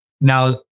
now